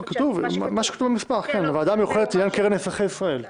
מה שכתוב במסמך "הוועדה המיוחדת לעניין הקרן לאזרחי ישראל".